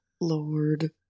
Lord